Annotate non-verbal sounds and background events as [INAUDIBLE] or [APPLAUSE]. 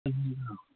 [UNINTELLIGIBLE]